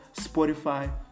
Spotify